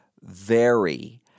vary